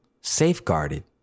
safeguarded